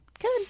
good